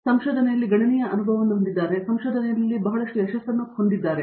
ಅವರು ಸಂಶೋಧನೆಯಲ್ಲಿ ಗಣನೀಯ ಅನುಭವವನ್ನು ಹೊಂದಿದ್ದಾರೆ ಮತ್ತು ಸಂಶೋಧನೆಯಲ್ಲಿ ಬಹಳಷ್ಟು ಯಶಸ್ಸನ್ನು ಹೊಂದಿದ್ದಾರೆ